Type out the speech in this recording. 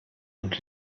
und